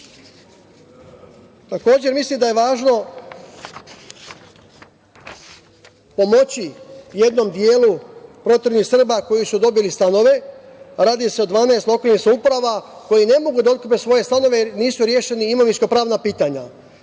mislim da je važno pomoći jednom delu proteranih Srba koji su dobili stanove, radi se o 12 lokalnih samouprava, koji ne mogu dobiti svoje stanove jer nisu rešena imovinskopravna pitanja.